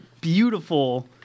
beautiful